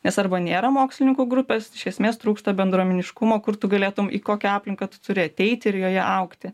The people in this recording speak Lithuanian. nes arba nėra mokslininkų grupės iš esmės trūksta bendruomeniškumo kur tu galėtum į kokią aplinką ateiti ir joje augti